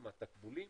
או מהתקבולים,